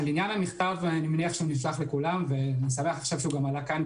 המכתב נשלח לכולם ואני שמח שהוא גם עלה כאן,